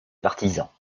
partisans